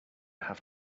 have